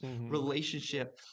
relationship